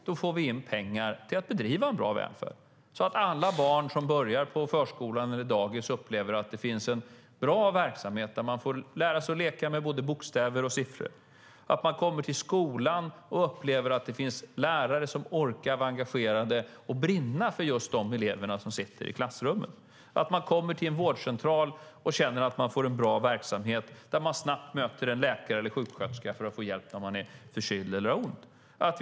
Då får vi in pengar till att bedriva en bra välfärd, så att alla barn som börjar på förskolan eller dagis upplever att det finns en bra verksamhet där de får lära sig att leka med både bokstäver och siffror, att man kommer till skolan och upplever att det finns lärare som orkar vara engagerade och brinna för just de elever som sitter i klassrummet, att man kommer till en vårdcentral och känner att man möter en bra verksamhet där man snabbt träffar en läkare eller sjuksköterska för att få hjälp när man är förkyld eller har ont.